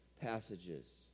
passages